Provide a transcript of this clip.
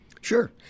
Sure